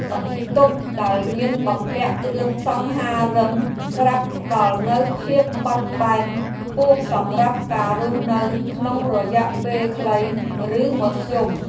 បន្ទប់ដែលមានបំពាក់គ្រឿងសង្ហារិមស្រាប់ផ្ដល់នូវភាពបត់បែនខ្ពស់សម្រាប់ការរស់នៅក្នុងរយៈពេលខ្លីឬមធ្យម។